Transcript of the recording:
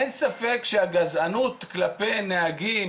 אין ספק שהגזענות כלפי נהגים,